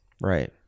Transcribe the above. right